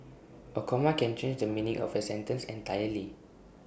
A comma can change the meaning of A sentence entirely